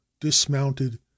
dismounted